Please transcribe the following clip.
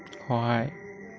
সহায়